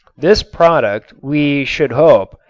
this product, we should hope,